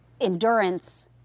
endurance